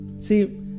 see